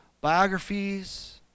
biographies